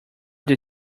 they